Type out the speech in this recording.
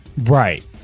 Right